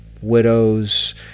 widows